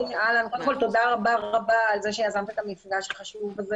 קודם כל תודה רבה רבה על זה שיזמת את המפגש החשוב הזה